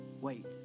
wait